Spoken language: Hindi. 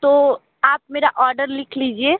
तो आप मेरा ऑर्डर लिख लीजिए